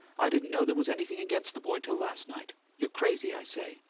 i didn't know there was anything against the boy till last night. you're crazy, i say!